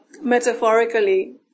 metaphorically